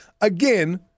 Again